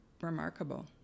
remarkable